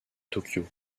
tōkyō